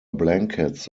blankets